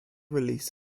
release